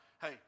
hey